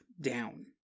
down